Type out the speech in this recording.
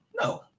No